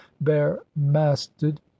bare-masted